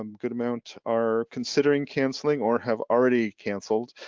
um good amount are considering canceling or have already canceled,